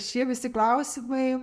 šie visi klausimai